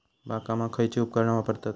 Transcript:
बागकामाक खयची उपकरणा वापरतत?